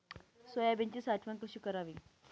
सोयाबीनची साठवण कशी करावी?